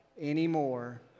Anymore